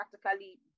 practically